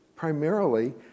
primarily